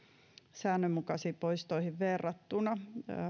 säännönmukaisiin poistoihin verrattuna